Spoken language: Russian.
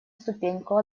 ступеньку